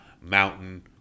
Mountain